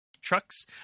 Trucks